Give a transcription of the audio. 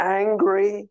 angry